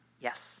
Yes